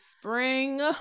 spring